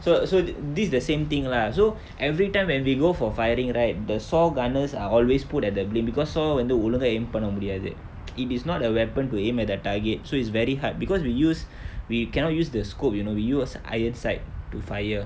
so so th~ this the same thing lah so every time when we go for firing right the saw gunners are always put at the blame because saw வந்து ஒழுங்கா:vanthu olungaa aim பண்ண முடியாது:panna mudiyaathu it is not a weapon to aim at a target so it's very hard because we use we cannot use the scope you know we use ironside to fire